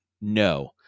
no